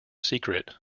secret